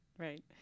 Right